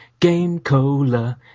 Gamecola